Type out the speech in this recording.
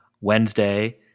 Wednesday